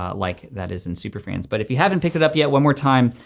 ah like that is in superfans. but if you haven't picked it up yet, one more time,